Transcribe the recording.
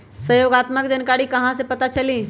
सहयोगात्मक जानकारी कहा से पता चली?